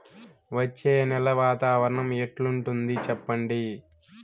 వచ్చే నెల వాతావరణం ఎట్లుంటుంది చెప్పండి?